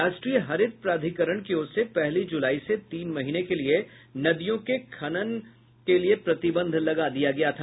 राष्ट्रीय हरित प्राधिकरण की ओर से पहली जुलाई से तीन महीने के लिए नदियों के खनन के लिए प्रतिबंद्व लगा दिया गया था